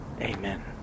Amen